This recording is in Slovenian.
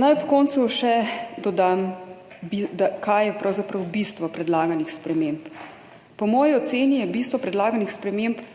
Naj ob koncu še dodam, kaj je pravzaprav bistvo predlaganih sprememb. Po moji oceni je bistvo predlaganih sprememb